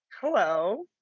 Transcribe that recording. Hello